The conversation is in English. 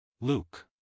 Luke